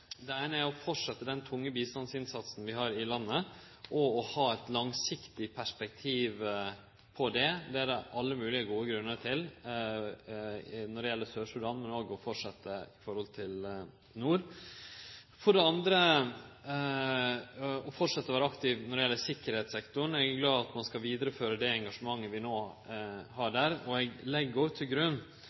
landet, og å ha eit langsiktig perspektiv på det. Det er det alle moglege gode grunnar til når det gjeld Sør-Sudan, men òg å halde fram i forhold til Nord-Sudan. For det andre må ein halde fram med å vere aktiv når det gjeld sikkerheitssektoren. Eg er glad for at vi skal vidareføre det engasjementet vi no har der. Dersom det vert ein ny FN-operasjon i sør og det er interesse for norsk deltaking, legg eg til grunn